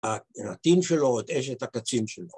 ‫הרטין שלו עוד אשת הקצין שלו.